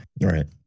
Right